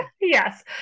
Yes